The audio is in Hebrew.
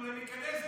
אבל תנו להם להיכנס.